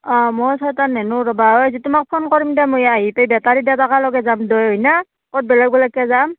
অঁ মই চাৰ্টা নিনিওঁ ৰ'বা তোমাক ফোন কৰিম দে মই আহি পাই বেটাৰীত দেদকালৈকে যাম দৈ হয়নে ক'ত বেলেগ বেলেগকৈ যাম